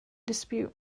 dispute